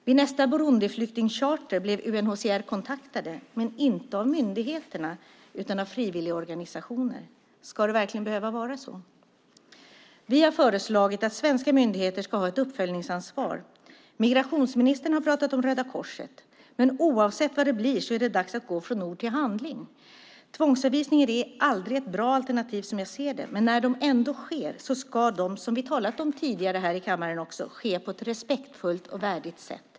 Vid nästa Burundiflyktingcharter blev UNHCR kontaktade, men inte av myndigheterna, utan av frivilligorganisationer. Ska det verkligen behöva vara så? Vi har föreslagit att svenska myndigheter ska ha ett uppföljningsansvar. Migrationsministern har pratat om Röda Korset. Men oavsett vad det blir är det dags att gå från ord till handling. Tvångsavvisningar är aldrig något bra alternativ som jag ser det, men när de ändå sker ska de ske på ett respektfullt och värdigt sätt, som vi talat om också tidigare här i kammaren.